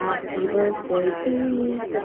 happy birthday to me.